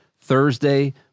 Thursday